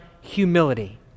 humility